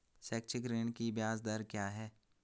शैक्षिक ऋण की ब्याज दर क्या है?